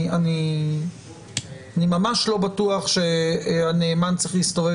אני ממש לא בטוח שהנאמן צריך להסתובב